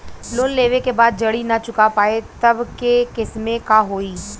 Loan लेवे के बाद जड़ी ना चुका पाएं तब के केसमे का होई?